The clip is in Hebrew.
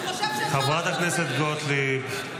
חברת הכנסת גוטליב.